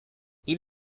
eat